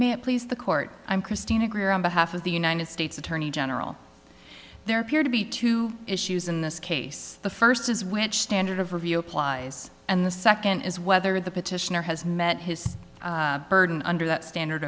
it please the court i'm christina greer on behalf of the united states attorney general there appear to be two issues in this case the first is which standard of review applies and the second is whether the petitioner has met his burden under that standard